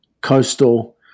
coastal